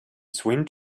swim